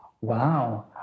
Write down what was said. wow